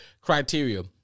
Criteria